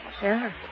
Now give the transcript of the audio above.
Sure